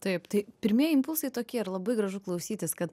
taip tai pirmieji impulsai tokie ir labai gražu klausytis kad